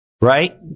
right